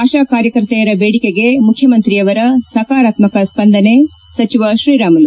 ಆಶಾ ಕಾರ್ಯಕರ್ತೆಯರ ಬೇಡಿಕೆಗೆ ಮುಖ್ಯಮಂತ್ರಿಯವರ ಸಕಾರಾತ್ಮಕ ಸ್ವಂದನೆ ಸಚಿವ ತ್ರೀರಾಮುಲು